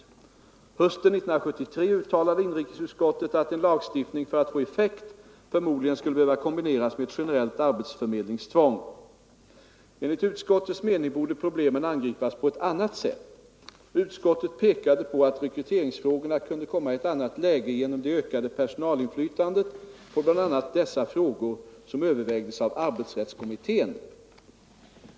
Hösten 1973 uttalade inrikesutskottet att en lagstiftning, för att få effekt, förmodligen skulle behöva kombineras med ett generellt arbetsförmedlingstvång. Enligt utskottets mening borde problemen angripas på ett annat sätt. Utskottet pekade på att rekryteringsfrågorna kunde komma i ett annat läge genom det ökade personalinflytande på bl.a. dessa frågor som övervägdes av arbetsrättskommittén.